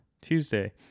Tuesday